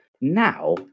Now